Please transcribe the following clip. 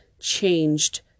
changed